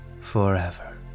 forever